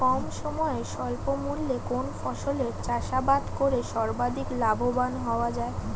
কম সময়ে স্বল্প মূল্যে কোন ফসলের চাষাবাদ করে সর্বাধিক লাভবান হওয়া য়ায়?